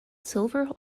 silver